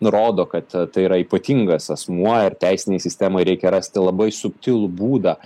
nurodo kad tai yra ypatingas asmuo ir teisinei sistemai reikia rasti labai subtilų būdą